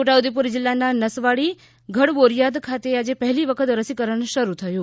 છોટાઉદેપુર જિલ્લાના નસવાડી ગઢબોરીયાદ ખાતે આજે પહેલી વખત રસીકરણ શરૂ થયું